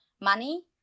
money